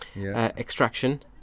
Extraction